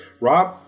Rob